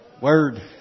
Word